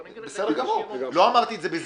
בוא נגיד את זה --- לא אמרתי את זה בזלזול.